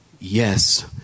yes